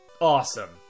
Awesome